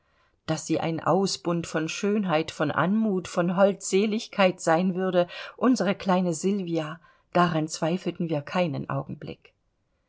daß sie ein ausbund von schönheit von anmut von holdseligkeit sein würde unsere kleine sylvia daran zweifelten wir keinen augenblick